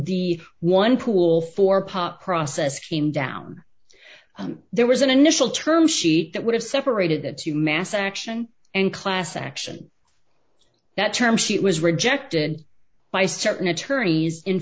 the one pool for pop process came down there was an initial term sheet that would have separated of two mass action and class action that term sheet was rejected by certain attorneys in